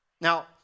Now